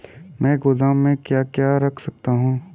मैं गोदाम में क्या क्या रख सकता हूँ?